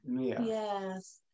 Yes